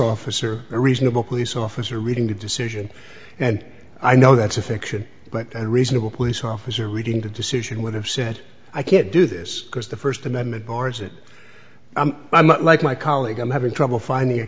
officer a reasonable police officer reading to decision and i know that's a fiction but and reasonable police officer reading the decision would have said i can't do this because the first amendment bars it i'm not like my colleague i'm having trouble finding a